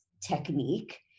technique